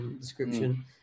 description